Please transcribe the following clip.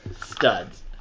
studs